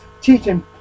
teaching